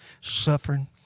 suffering